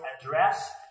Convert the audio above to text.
address